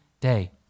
day